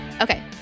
okay